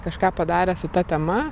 kažką padarė su ta tema